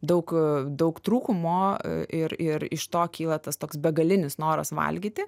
daug daug trūkumo ir ir iš to kyla tas toks begalinis noras valgyti